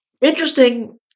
Interesting